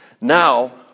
Now